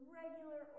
regular